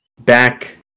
back